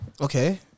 Okay